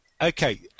Okay